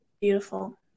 beautiful